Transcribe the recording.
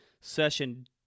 session